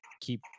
keep